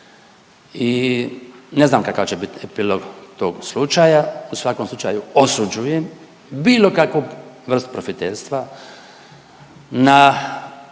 i ne znam kakav će bit epilog tog slučaja. U svakom slučaju osuđujem bilo kakvu vrst profiterstva na